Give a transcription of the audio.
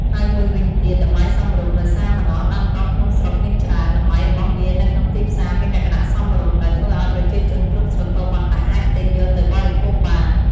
ហើយមួយវិញទៀតតម្លៃសមរម្យ ដោយសារម្នាស់ដាំដុះក្នុងស្រុកមានច្រើន តម្លៃរបស់វានៅក្នុងទីផ្សារមានលក្ខណៈសមរម្យ ដែលធ្វើឱ្យប្រជាជនគ្រប់ស្រទាប់វណ្ណៈអាចទិញយកទៅបរិភោគបាន។